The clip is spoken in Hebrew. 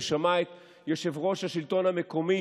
שמע את יושב-ראש השלטון המקומי,